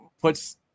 puts